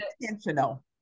intentional